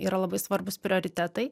yra labai svarbūs prioritetai